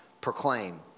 proclaim